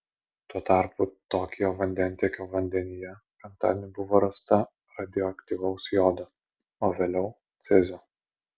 tuo tarpu tokijo vandentiekio vandenyje penktadienį buvo rasta radioaktyvaus jodo o vėliau cezio